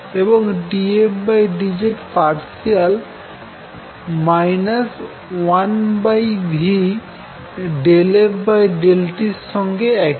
এবং dfdz partial 1v∂f∂t এর সঙ্গে একই